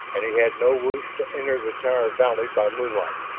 and he had no wish to enter the tower valley by moonlight.